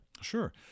Sure